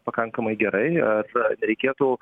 pakankamai gerai ar nereikėtų